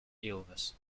illness